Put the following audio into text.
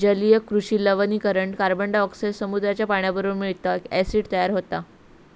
जलीय कृषि लवणीकरण कार्बनडायॉक्साईड समुद्राच्या पाण्याबरोबर मिळता, ॲसिड तयार होता